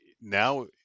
now